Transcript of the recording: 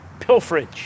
pilferage